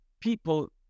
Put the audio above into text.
people